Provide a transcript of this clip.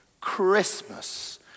Christmas